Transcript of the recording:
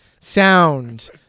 Sound